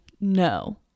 No